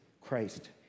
Christ